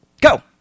Go